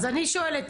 אז אני שואלת,